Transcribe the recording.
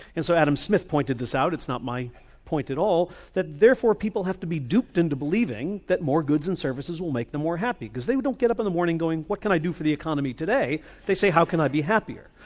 and so adam smith pointed this out, it's not my point at all, that therefore people have to be duped into believing that more goods and services will make them more happy. because they don't get up in the morning saying what can i do for the economy today, they say how can i be happier?